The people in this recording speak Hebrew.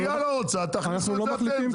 העירייה לא רוצה, תכניסו את זה אתם.